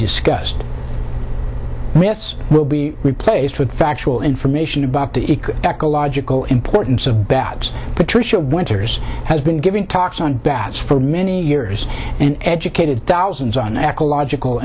us will be replaced with factual information about the ecological importance of bats patricia winters has been giving talks on bats for many years and educated thousands on the ecological